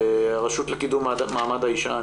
הרשות לקידום מעמד האישה.